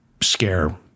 scare